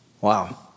Wow